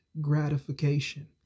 gratification